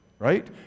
Right